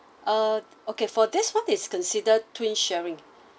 uh okay for this one is considered twins sharing